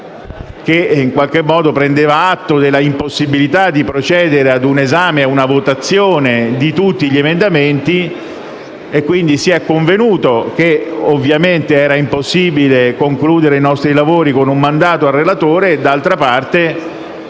che in qualche modo prendeva atto dell'impossibilità di procedere ad un esame e ad una votazione di tutti gli emendamenti. Si è convenuto, quindi, sull'impossibilità di concludere i nostri lavori con un mandato al relatore e d'altra parte